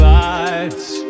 lights